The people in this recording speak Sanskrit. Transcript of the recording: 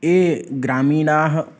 ये ग्रामीणाः